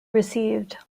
received